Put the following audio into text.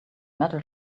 metal